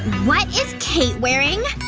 what is kate wearing?